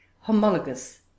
homologous